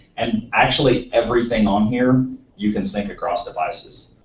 and actually everything on here you can sync across devices.